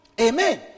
amen